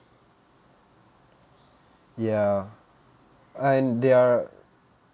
ya and they are